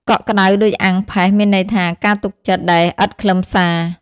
កក់ក្តៅដូចអាំងផេះ មានន័យថា ការទុកចិត្ត ដែលឥតខ្លឹមសារ ។